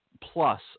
plus